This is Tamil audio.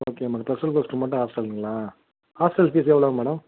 ஓகே நம்ம ஸ்பெஷல் கோர்ஸுக்கு மட்டும் ஹாஸ்ட்டல்ங்களா ஹாஸ்டல் ஃபீஸ் எவ்ளோங்க மேடம்